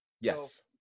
Yes